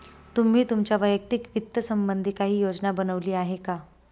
तुम्ही तुमच्या वैयक्तिक वित्त संबंधी काही योजना बनवली आहे का?